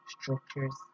structures